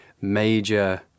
major